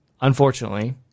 Unfortunately